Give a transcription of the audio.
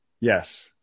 Yes